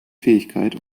fähigkeit